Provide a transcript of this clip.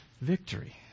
victory